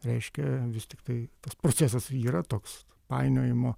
reiškia vis tiktai tas procesas yra toks painiojimo